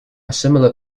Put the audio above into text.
similar